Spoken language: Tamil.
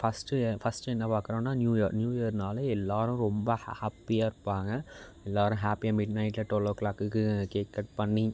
ஃபஸ்ட்டு எ ஃபஸ்ட்டு என்ன பார்க்குறோன்னா நியூயர் நியூ இயர்னாலே எல்லோரும் ரொம்ப ஹ ஹாப்பியாக இருப்பாங்க எல்லோரும் ஹாப்பியாக மிட்நைட்டில் டுவெல்லோ க்ளாக்குக்கு கேக் கட் பண்ணி